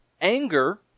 Anger